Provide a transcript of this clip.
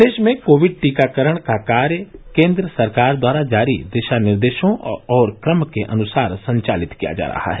प्रदेश में कोविड टीकाकरण का कार्य केन्द्र सरकार द्वारा जारी दिशा निर्देशों और क्रम के अनुसार संचालित किया जा रहा है